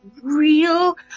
real